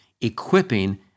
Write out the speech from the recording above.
equipping